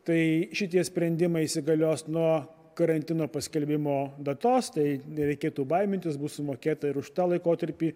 tai šitie sprendimai įsigalios nuo karantino paskelbimo datos tai nereikėtų baimintis bus sumokėta ir už tą laikotarpį